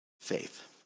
faith